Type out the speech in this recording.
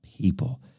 people